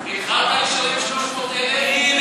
איחרת לשלם 300,000,